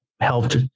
helped